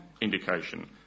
indication